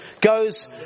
goes